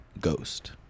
ghost